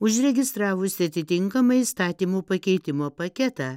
užregistravusi atitinkamą įstatymų pakeitimo paketą